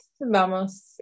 Vamos